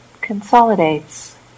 consolidates